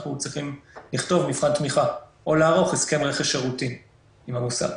אנחנו צריכים לכתוב מבחן תמיכה או לערוך הסכם רכש שירותי עם המוסד.